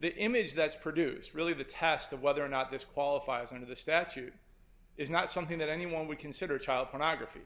the image that's produced really the test of whether or not this qualifies under the statute is not something that anyone would consider child pornography